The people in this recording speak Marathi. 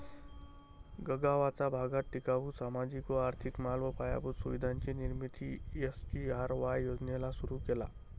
गगावाचा भागात टिकाऊ, सामाजिक व आर्थिक माल व पायाभूत सुविधांची निर्मिती एस.जी.आर.वाय योजनेला सुरु केला